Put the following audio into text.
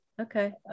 Okay